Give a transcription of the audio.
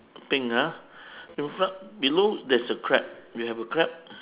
pink ah in front below there's a crab you have a crab